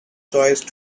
choice